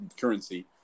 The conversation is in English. currency